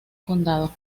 condado